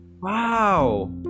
wow